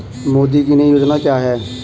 मोदी की नई योजना क्या है?